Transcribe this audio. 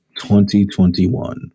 2021